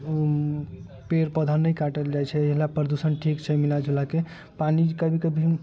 पेड़ पौधा नहि काटल जाइ छै एहि लए प्रदूषण ठीक छै मिला जुलाके पानि कभी कभी